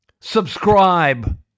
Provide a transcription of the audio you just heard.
Subscribe